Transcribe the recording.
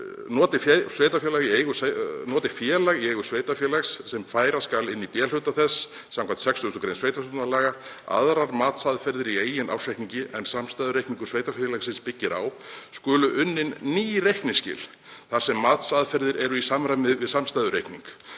Noti félag í eigu sveitarfélags, sem færa skal inn í B-hluta þess, skv. 60. gr. sveitarstjórnarlaga, aðrar matsaðferðir í eigin ársreikningi en samstæðureikningur sveitarfélagsins byggir á, skulu unnin ný reikningsskil þar sem matsaðferðir eru í samræmi við samstæðureikning.“